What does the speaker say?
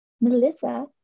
Melissa